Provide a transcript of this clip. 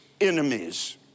enemies